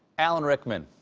alan rickman.